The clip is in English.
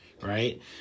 right